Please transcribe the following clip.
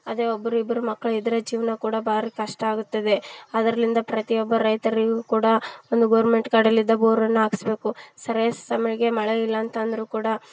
ಅದೇ ಒಬ್ರು ಇಬ್ಬರು ಮಕ್ಕಳಿದ್ರೆ ಜೀವನ ಕೂಡ ಭಾರಿ ಕಷ್ಟ ಆಗುತ್ತದೆ ಅದರಿಂದ ಪ್ರತಿಯೊಬ್ಬ ರೈತರಿಗೂ ಕೂಡ ಒಂದು ಗೌರ್ಮೆಂಟ್ ಕಡೆಲಿದ್ದ ಬೋರನ್ನು ಹಾಕಿಸ್ಬೇಕು ಸರಿ ಸಮಯಗೇ ಮಳೆ ಇಲ್ಲ ಅಂತ ಅಂದ್ರೂ ಕೂಡ